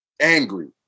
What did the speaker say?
Angry